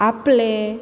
आपले